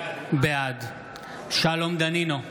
בעד שלום דנינו,